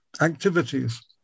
activities